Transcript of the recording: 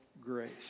grace